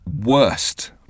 worst